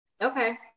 Okay